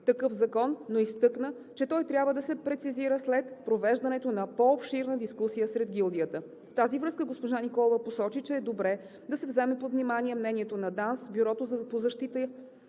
такъв закон, но изтъкна, че той трябва да се прецизира след провеждането на по-обширна дискусия сред гилдията. В тази връзка, госпожа Николова посочи, че е добре да се вземе под внимание мнението на ДАНС, Бюрото по защита